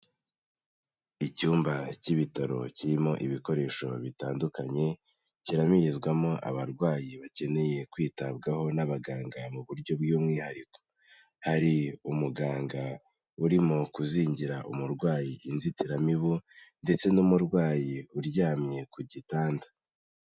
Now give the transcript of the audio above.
Icyumba k'ibitaro kirimo ibikoresho bitandukanye, kiramirizwamo abarwayi bakeneye kwitabwaho n'abaganga mu buryo bw'umwihariko, hari umuganga urimo kuzingira umurwayi inzitiramibu, ndetse n'umurwayi uryamye ku gitanda.